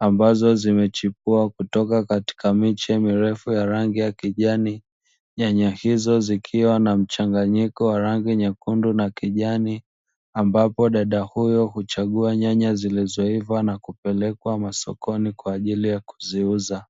ambazo zimechipua kutoka katika miche mirefu ya rangi ya kijani, nyanya hizo zikiwa na mchanganyiko wa rangi nyekundu na kijani, ambapo dada huyo huchagua nyanya zilizoiva na kupelekwa masokoni kwa ajili ya kuziuza.